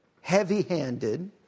heavy-handed